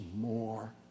more